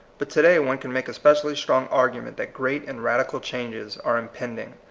but to-day one can make a specially strong argument that great and radical changes are impending.